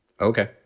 Okay